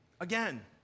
Again